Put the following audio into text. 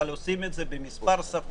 אבל עושים את זה במספר שפות.